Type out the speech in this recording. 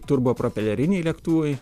turbopropeleriniai lėktuvai